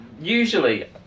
usually